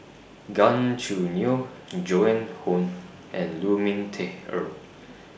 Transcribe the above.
Gan Choo Neo in Joan Hon and Lu Ming Teh Earl